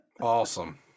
Awesome